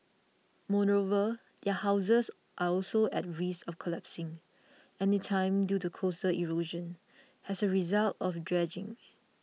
moreover their houses are also at risk of collapsing anytime due to coastal erosion as a result of dredging